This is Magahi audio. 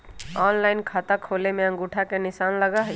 ऑनलाइन खाता खोले में अंगूठा के निशान लगहई?